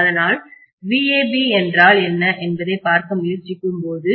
அதனால் v AB என்றால் என்ன என்பதைப் பார்க்க முயற்சிக்கும்போது